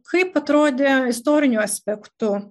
kaip atrodė istoriniu aspektu